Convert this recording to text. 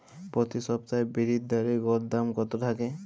প্রতি সপ্তাহে বিরির ডালের গড় দাম কত থাকে?